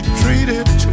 treated